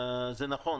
זה נכון,